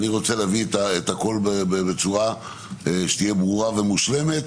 ואני רוצה להביא את הכול בצורה ברורה ומושלמת.